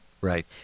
Right